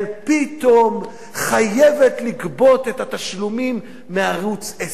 פתאום חייבת לגבות את התשלומים מערוץ-10?